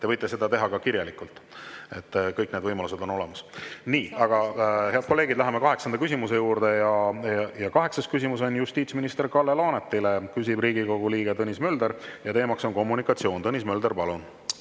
Te võite seda teha kirjalikult. Kõik need võimalused on olemas. Nii, head kolleegid, läheme kaheksanda küsimuse juurde. Kaheksas küsimus on justiitsminister Kalle Laanetile, küsib Riigikogu liige Tõnis Mölder ja teema on kommunikatsioon. Tõnis Mölder, palun!